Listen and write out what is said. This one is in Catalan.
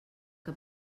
que